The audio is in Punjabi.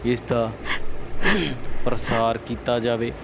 ਇਸਦਾ ਪ੍ਰਸਾਰ ਕੀਤਾ ਜਾਵੇ